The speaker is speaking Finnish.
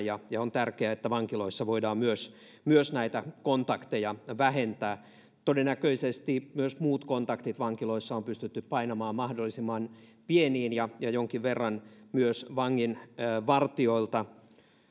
ja ja on tärkeää että myös vankiloissa voidaan näitä kontakteja vähentää todennäköisesti myös muut kontaktit vankiloissa on pystytty painamaan mahdollisimman vähiin jonkin verran myös vanginvartijoilta